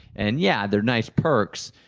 and yeah, they're nice perks.